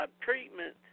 treatment